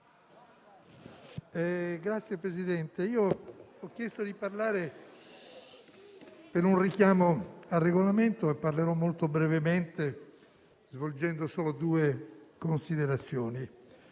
Signora Presidente, ho chiesto di parlare per un richiamo al Regolamento. Parlerò molto brevemente, svolgendo solo due considerazioni.